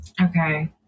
okay